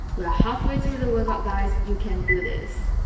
we're halfway through the workout guys. you can do this